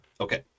Okay